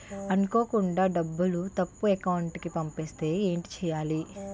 అనుకోకుండా డబ్బులు తప్పు అకౌంట్ కి పంపిస్తే ఏంటి చెయ్యాలి?